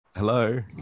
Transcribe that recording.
hello